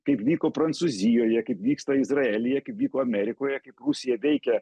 kaip vyko prancūzijoje kaip vyksta izraelyje kaip vyko amerikoje kaip rusija veikia